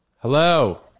Hello